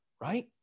right